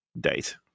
date